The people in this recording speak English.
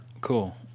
Cool